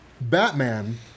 Batman